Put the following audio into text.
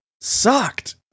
sucked